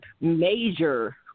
major